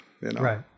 Right